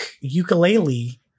ukulele